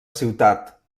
ciutat